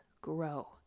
grow